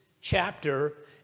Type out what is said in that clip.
chapter